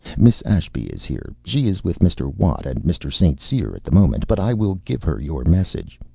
miss ashby is here. she is with mr. watt and mr. st. cyr at the moment, but i will give her your message.